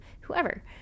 whoever